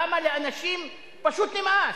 למה לאנשים פשוט נמאס?